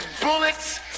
bullets